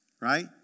right